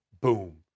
boom